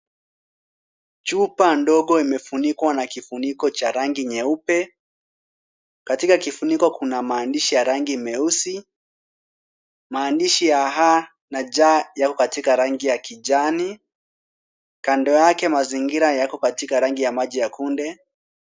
Chupa ndogo imefunikwa na kifuniko cha rangi nyeupe. Katika kifuniko kuna maandishi ya rangi meusi. Maandishi H na J yako katika rangi ya kijani. Kando yake mazingira yako katika rangi ya kunde.